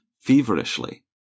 feverishly